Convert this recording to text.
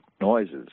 noises